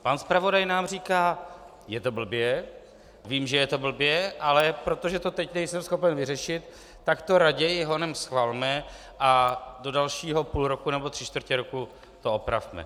Pan zpravodaj nám říká je to blbě, vím, že je to blbě, ale protože to teď nejsem schopen vyřešit, tak to raději honem schvalme a do dalšího půl roku nebo tři čtvrtě roku to opravme.